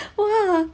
oh !wah!